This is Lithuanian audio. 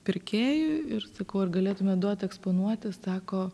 pirkėjui ir sakau ar galėtumėt duot eksponuoti sako